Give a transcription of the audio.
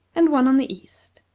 and one on the east.